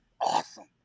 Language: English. Awesome